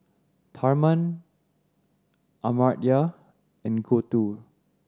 Tharman Amartya and Gouthu